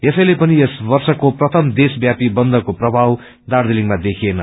यसैले पनि यस वर्षको प्रथम देशव्यापी बन्दको प्रभाव दार्जीलिङमा देखिएन